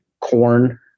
corn